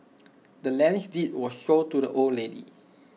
the land's deed was sold to the old lady